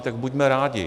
Tak buďme rádi.